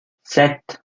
sept